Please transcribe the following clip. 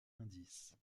indice